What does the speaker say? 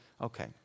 okay